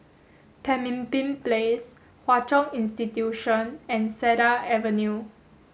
Pemimpin Place Hwa Chong Institution and Cedar Avenue